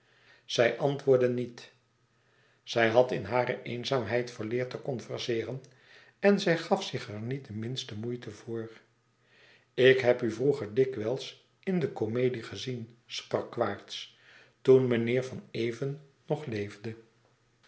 zij antwoordde niet zij had in hare eenzaamheid verleerd te converseeren en zij gaf zich er niet de minste moeite voor ik heb u vroeger dikwijls in de comedie gezien sprak quaerts louis couperus extaze een boek van geluk toen meneer van even nog leefde